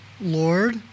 Lord